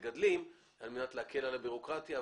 המגדלים על מנת להקל על הבירוקרטיה.